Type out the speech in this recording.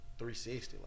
360